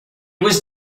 was